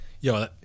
Yo